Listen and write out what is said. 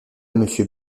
monsieur